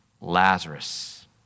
Lazarus